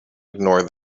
ignore